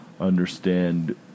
understand